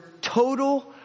total